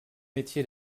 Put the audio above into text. métier